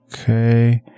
Okay